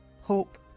hope